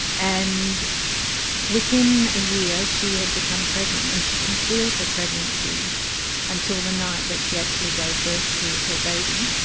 and within a year she had become pregnant, and she concealed her pregnancy until the night that she actually gave birth to her baby,